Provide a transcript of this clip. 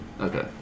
Okay